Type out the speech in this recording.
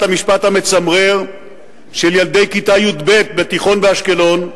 את המשפט המצמרר של ילדי כיתה י"ב בתיכון באשקלון,